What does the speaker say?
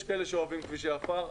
יש כאלה שאוהבים כבישי עפר,